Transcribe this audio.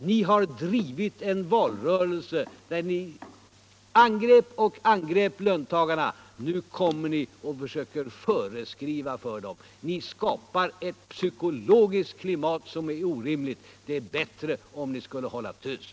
Ni har drivit en valrörelse där ni angrep löntagarna, nu försöker ni föreskriva för dem hur de skall förhålla sig. Ni skapar ett psykologiskt klimat som är orimligt. Det vore bättre om ni höll tyst.